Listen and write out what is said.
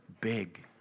big